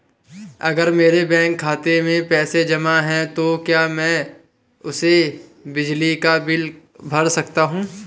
अगर मेरे बैंक खाते में पैसे जमा है तो क्या मैं उसे बिजली का बिल भर सकता हूं?